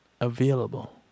available